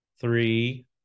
three